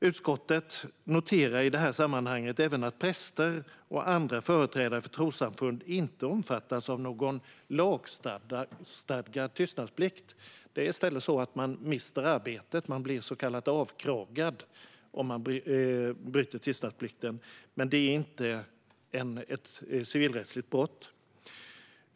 Utskottet noterar i detta sammanhang även att präster och andra företrädare för trossamfund inte omfattas av någon lagstadgad tystnadsplikt." Det är i stället så att man mister arbetet, blir avkragad, om man bryter tystnadsplikten, men det är inte ett civilrättsligt brott.